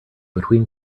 between